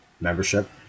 membership